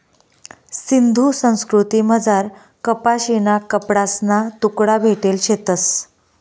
सिंधू संस्कृतीमझार कपाशीना कपडासना तुकडा भेटेल शेतंस